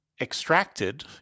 extracted